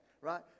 right